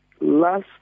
last